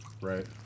Right